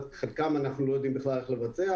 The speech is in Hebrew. חלקן אנחנו לא יודעים בכלל איך לבצע,